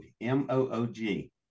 M-O-O-G